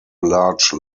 large